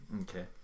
Okay